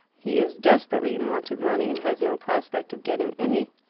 he is desperately in want of money, and has no prospect of getting any.